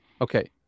okay